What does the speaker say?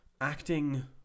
acting